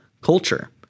culture